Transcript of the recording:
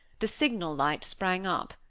the signal light sprang up.